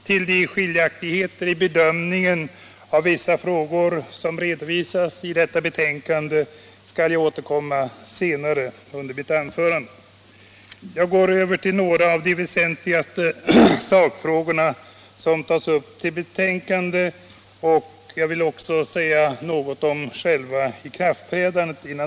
Till de skiljaktigheter i bedömningen av vissa frågor som redovisas i detta betänkande skall jag återkomma senare. Innan jag går över till några av de väsentligaste sakfrågorna som tas upp i betänkandet vill jag säga något om själva ikraftträdandet.